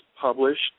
published